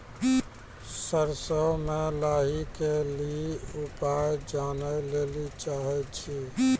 सरसों मे लाही के ली उपाय जाने लैली चाहे छी?